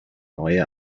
neue